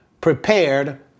prepared